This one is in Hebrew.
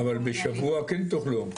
אבל בשבוע כן תוכלו.